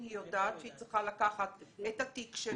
היא יודעת שהיא צריכה לקחת את התיק שלו.